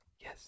yes